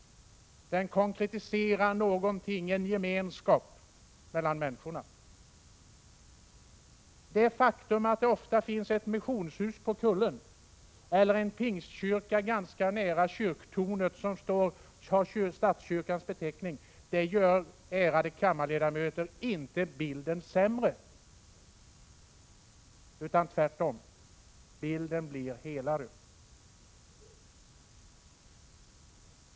Den konkretiserar en gemenskap mellan människorna. Det faktum att det ofta finns ett missionshus på kullen eller en pingstkyrka ganska nära tornet på den kyrka som har statskyrkans beteckning gör, ärade kammarledamöter, inte bilden sämre; tvärtom blir bilden därigenom helare.